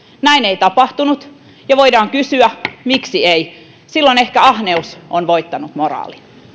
näin ei tapahtunut ja voidaan kysyä miksi ei silloin ehkä ahneus on voittanut moraalin